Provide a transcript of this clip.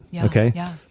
okay